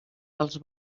dels